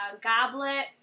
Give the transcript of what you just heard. goblet